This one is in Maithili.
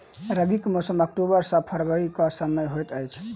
रबीक मौसम अक्टूबर सँ फरबरी क समय होइत अछि